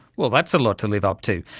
well, that's a lot to live up to!